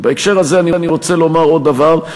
בהקשר הזה אני רוצה לומר עוד דבר.